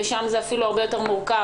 ושם זה אפילו הרבה יותר מורכב.